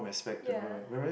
ya